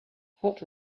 hot